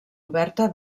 oberta